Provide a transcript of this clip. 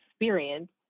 experience